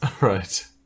Right